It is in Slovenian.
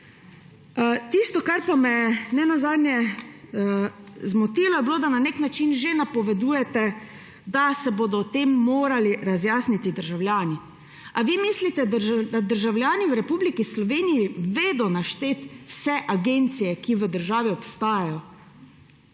Tisto, kar pa me je nenazadnje zmotilo, je bilo, da na nek način že napovedujete, da se bodo o tem morali razjasniti državljani. A vi mislite, da državljani v Republiki Sloveniji znajo našteti vse agencije, ki v državi obstajajo?